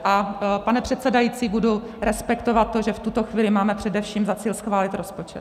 A pane předsedající, budu respektovat to, že v tuto chvíli máme především za cíl schválit rozpočet.